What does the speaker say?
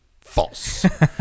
False